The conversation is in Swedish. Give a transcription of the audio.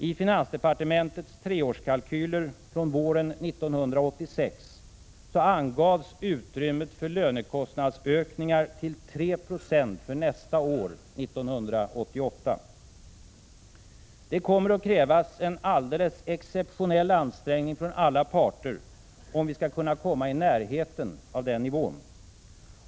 I finansdepartementets treårskalkyler från våren 1986 angavs utrymmet för lönekostnadsökningar till 3 26 för nästa år, 1988. Det kommer att krävas en alldeles exceptionell ansträngning från alla parter, om vi skall kunna komma i närheten av den nivån.